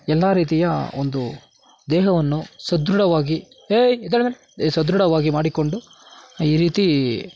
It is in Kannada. ಎಲ್ಲ ರೀತಿಯ ಒಂದು ದೇಹವನ್ನು ಸದೃಢವಾಗಿ ಏಯ್ ಎದ್ದೇಳು ಮೇಲೆ ಸದೃಢವಾಗಿ ಮಾಡಿಕೊಂಡು ಈ ರೀತಿ